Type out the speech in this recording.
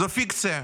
זו פיקציה.